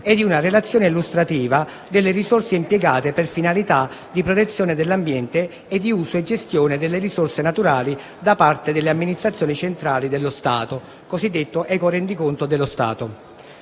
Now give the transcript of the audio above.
e di una relazione illustrativa delle risorse impiegate per finalità di protezione dell'ambiente e di uso e gestione delle risorse naturali da parte delle Amministrazioni centrali dello Stato (il cosiddetto ecorendiconto dello Stato).